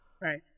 right